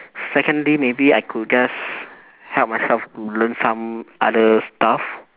second day maybe I could just help myself to learn some other stuff